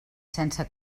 sense